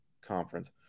conference